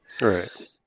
right